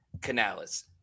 Canales